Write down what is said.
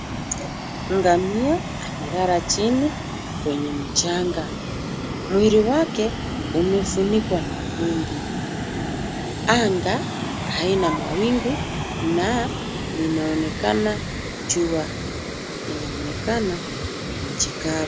Ngamia amelala chini kwenye mchanga. Mwili wake umefunikwa na vumbi. Anga haina mawingu na linaonekana jua. Inaonekana ni nchi kavu.